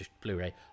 blu-ray